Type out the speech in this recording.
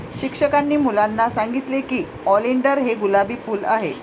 शिक्षकांनी मुलांना सांगितले की ऑलिंडर हे गुलाबी फूल आहे